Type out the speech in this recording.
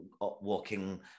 walking